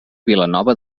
vilanova